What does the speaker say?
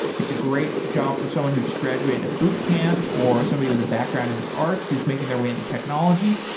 it's a great job for someone who just graduated a bootcamp, or somebody with a background in the arts who's making their way into technology.